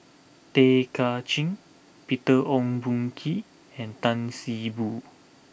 Tay Kay Chin Peter Ong Boon Kwee and Tan See Boo